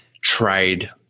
trade